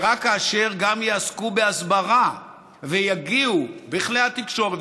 ורק כאשר גם יעסקו בהסברה ויגיעו בכלי התקשורת